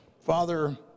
Father